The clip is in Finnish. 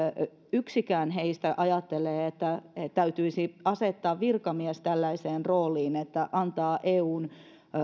yksikään heistä ajattelevat että täytyisi asettaa virkamies tällaiseen rooliin jossa hän tekee eun